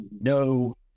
no